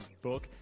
book